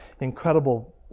incredible